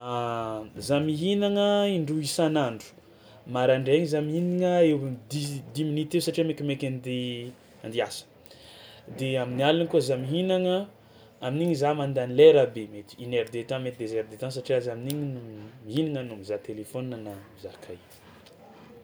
Za mihinagna indroa isan'andro, maraindrainy za mihinagna eo am'dix s- dix minutes eo satria maikimaiky andeha andeha hiasa, de amin'ny aliny kôa za mihinagna amin'igny za mandany lera be mety une heure de temps mety deux heures de temps satria mihinagna no mihinagna no mizaha telefaonina na mizaha kahie.